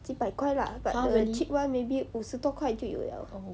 几百块 lah but cheap [one] maybe 五十多块就有了